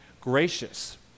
gracious